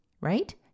Right